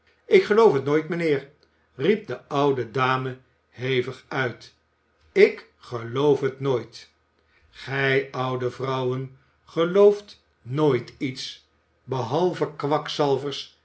ik geloof het nooit mijnheer riep de oude dame hevig uit ik geloof het nooit gij oude vrouwen gelooft nooit iets behalve kwakzalvers